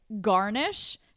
garnish